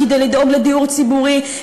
כדי לדאוג לדיור ציבורי,